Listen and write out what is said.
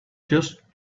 just